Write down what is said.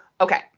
okay